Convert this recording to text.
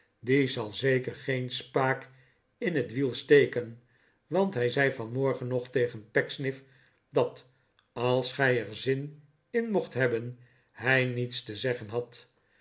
die zal zeker geen spaak in het wiel steken want hij zei vanmorgen nog tegen pecksniff dat als gij er zin in mocht hebben hij niets te zeggen had